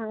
ହଁ